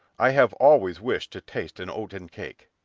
i have always wished to taste an oaten cake.